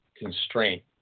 Constraint